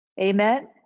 Amen